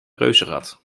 reuzenrad